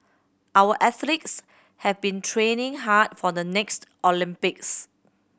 our athletes have been training hard for the next Olympics